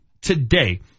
today